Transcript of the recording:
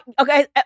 okay